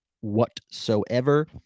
whatsoever